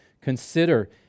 Consider